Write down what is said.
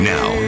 Now